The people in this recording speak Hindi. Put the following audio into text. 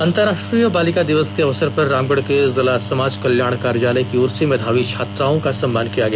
अंतरराष्ट्रीय बालिका दिवस के अवसर पर रामगढ के जिला समाज कल्याण कार्यालय की ओर से मेधावी छात्राओं का सम्मान किया गया